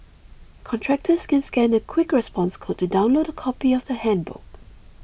contractors can scan a quick response code to download a copy of the handbook